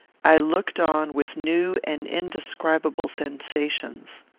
i looked on with new and indescribable sensations.